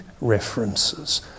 references